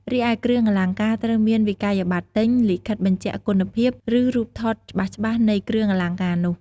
រីឯ គ្រឿងអលង្ការ ត្រូវមានវិក្កយបត្រទិញ លិខិតបញ្ជាក់គុណភាព ឬរូបថតច្បាស់ៗនៃគ្រឿងអលង្ការនោះ។